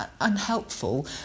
unhelpful